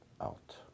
out